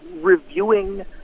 reviewing